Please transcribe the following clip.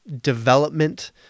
development